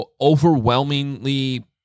overwhelmingly